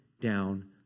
down